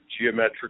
geometric